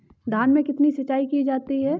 धान में कितनी सिंचाई की जाती है?